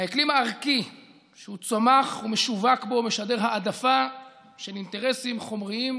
האקלים הערכי שהוא צמח ושווק בו משדר העדפה של אינטרסים חומריים,